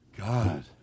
God